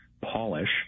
Polish